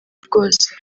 rwose